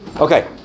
Okay